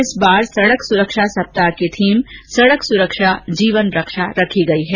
इस बार सड़क सुरक्षा सप्ताह की थीम सड़क सुरक्षा जीवन रक्षा रखी गई है